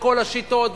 בכל השיטות,